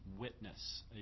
witness